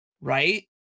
right